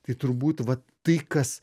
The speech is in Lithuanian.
tai turbūt vat tai kas